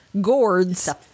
gourds